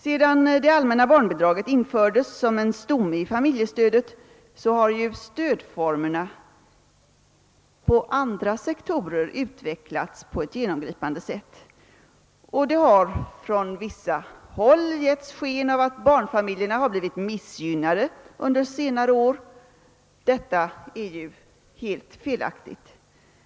Sedan de allmänna barnbidragen infördes som en stomme i familjestödet har stödformerna på andra sektorer utvecklats på ett genomgripande sätt. Från vissa håll har det gjorts gällande att barnfamiljerna har blivit missgynnade under senare år. Det är helt felaktigt.